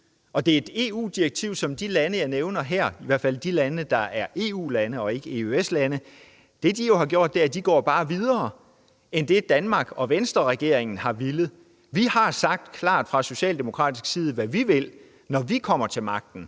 Og det er et EU-direktiv, som de lande, jeg nævner her – i hvert fald de lande, der er EU-lande og ikke EØS-lande – bare har ført videre end det, Danmark og Venstreregeringen har villet. Vi har sagt klart fra Socialdemokratiets side, hvad vi vil, når vi kommer til magten.